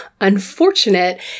unfortunate